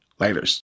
Laters